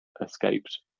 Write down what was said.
escaped